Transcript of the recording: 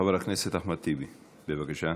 חבר הכנסת אחמד טיבי, בבקשה.